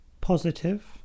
Positive